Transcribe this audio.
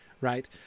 right